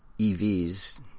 EVs